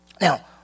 Now